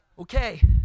Okay